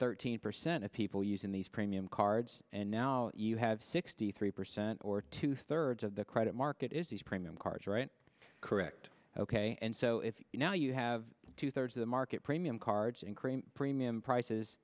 thirteen percent of people using these premium cards and now you have sixty three percent or two thirds of the credit market is these premium cards right correct ok and so if you know you have two thirds of the market premium cards and cream premium prices